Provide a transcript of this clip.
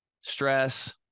stress